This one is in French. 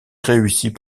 réussit